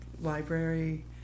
library